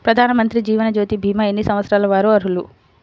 ప్రధానమంత్రి జీవనజ్యోతి భీమా ఎన్ని సంవత్సరాల వారు అర్హులు?